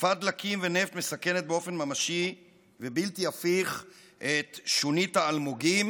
דליפת דלקים ונפט מסכנת באופן ממשי ובלתי הפיך את שונית האלמוגים,